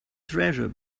treasure